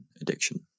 addiction